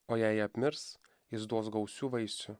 o jei apmirs jis duos gausių vaisių